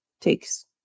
takes